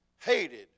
hated